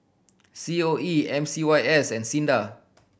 C O E M C Y S and SINDA